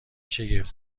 شگفت